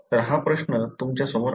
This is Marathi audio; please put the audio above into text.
तर हा प्रश्न तुमच्यासमोर आहे